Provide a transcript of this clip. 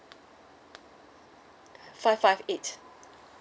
five five eight